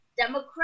democrat